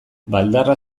baldarra